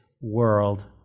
world